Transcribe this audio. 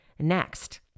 Next